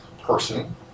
person